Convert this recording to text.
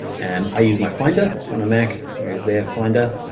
and i use my finder. so on a mac there is there finder.